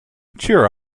cheer